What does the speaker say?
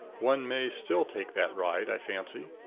one may still take that ride i fancy.